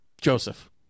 Joseph